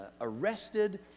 arrested